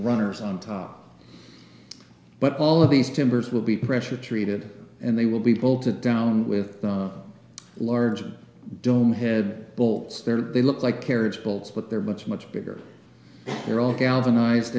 runners on top but all of these timbers will be pressure treated and they will be bolted down with large dome head bolts they look like carriage bolts but they're much much bigger they're all galvanized